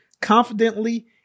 confidently